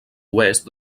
oest